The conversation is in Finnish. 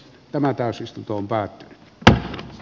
tämä täysistuntoon pääty tähän